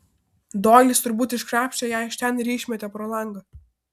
doilis turbūt iškrapštė ją iš ten ir išmetė pro langą